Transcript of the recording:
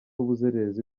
uburezi